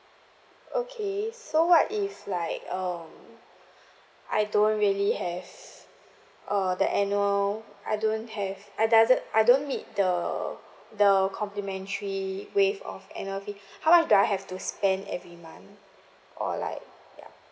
okay so what if like um I don't really has uh the annual I don't have I doesn't I don't meet the the complimentary waive off annual fee how much do I have to spend every month or like ya